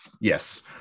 yes